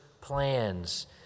plans